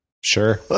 Sure